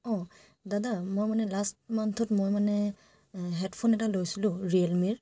অ' দাদা মই মানে লাষ্ট মান্থথত মই মানে হেডফোন এটা লৈছিলোঁ ৰিয়েল মিৰ